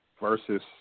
versus –